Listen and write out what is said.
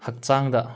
ꯍꯛꯆꯥꯡꯗ